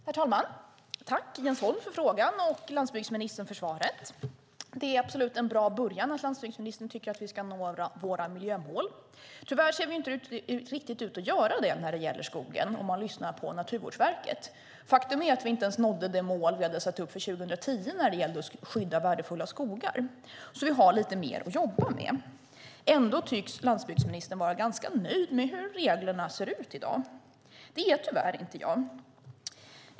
Herr talman! Jag tackar Jens Holm för frågan och landsbygdsministern för svaret. Det är absolut en bra början att landsbygdsministern tycker att vi ska nå våra miljömål. Tyvärr ser vi inte riktigt ut att göra det när det gäller skogen, om man lyssnar på Naturvårdsverket. Faktum är att vi inte ens nådde det mål som vi hade satt upp för 2010 när det gällde att skydda värdefulla skogar, så vi har lite mer att jobba med. Ändå tycks landsbygdsministern vara ganska nöjd med hur reglerna ser ut i dag. Det är tyvärr inte jag.